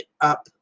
up